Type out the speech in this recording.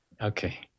Okay